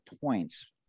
points